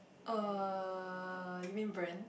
uh you mean brand